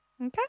Okay